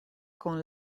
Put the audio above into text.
con